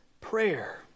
prayer